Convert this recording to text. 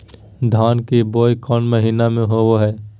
धान की बोई कौन महीना में होबो हाय?